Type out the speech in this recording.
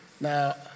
Now